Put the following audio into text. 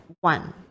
One